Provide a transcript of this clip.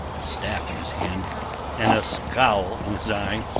a staff in his hand and a scowl in his eye,